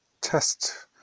test